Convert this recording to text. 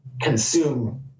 consume